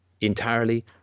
entirely